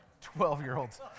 Twelve-year-olds